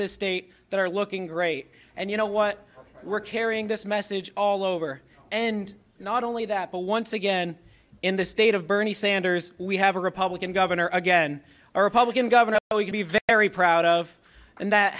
this state that are looking great and you know what we're carrying this message all over and not only that but once again in the state of bernie sanders we have a republican governor again a republican governor we could be very proud of and that